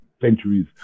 centuries